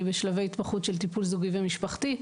בשלבי התמחות של טיפול זוגי ומשפחתי.